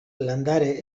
landare